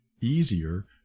easier